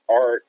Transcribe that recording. art